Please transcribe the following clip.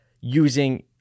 using